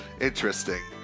Interesting